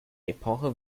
epoche